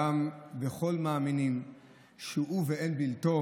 "וכל מאמינים שהוא ואין בלתו